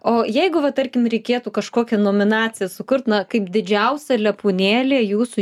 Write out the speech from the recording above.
o jeigu va tarkim reikėtų kažkokią nominaciją sukurti na kaip didžiausia lepūnėlė jūsų